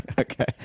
Okay